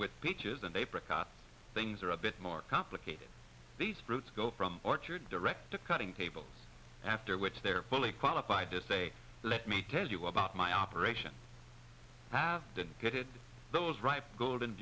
with peaches and apricot things are a bit more complicated these fruits go from orchard direct to cutting table after which they're fully qualified to say let me tell you about my operation have been good those ripe golden